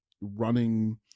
running